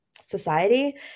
society